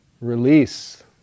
release